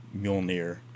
Mjolnir